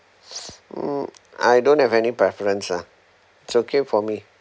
mm I don't have any preference ah it's okay for me